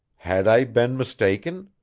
had i been mistaken?